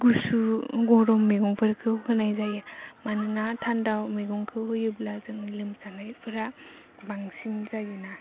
गुसु गरम मैगंफोरखौ होनाय जायो मानोना थान्दा मैगंखौ होयोब्ला जोंनि लोमजानायफोरा बांसिन जायो ना